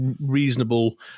reasonable